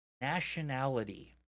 nationality